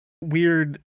weird